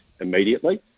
immediately